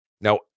Now